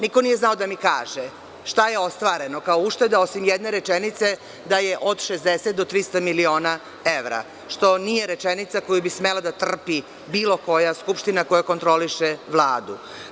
Niko nije znao da mi kaže šta je ostvareno kao ušteda osim jedne rečenice, da je od 60 do 300 miliona evra, što nije rečenica koja bi smela da trpi bilo koja Skupština koja kontroliše Vladu.